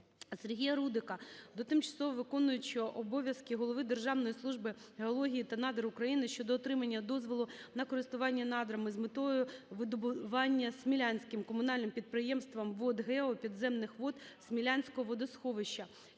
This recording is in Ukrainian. Сергія Рудика до тимчасово виконуючого обов'язки Голови Державної служби геології та надр України щодо отримання дозволу на користування надрами з метою видобування смілянським комунальним підприємством "ВодГео" підземних вод Смілянського водосховища.